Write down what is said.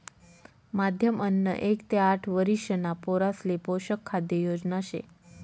माध्यम अन्न एक ते आठ वरिषणा पोरासले पोषक खाद्य योजना शे